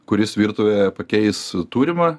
kuris virtuvėje pakeis turimą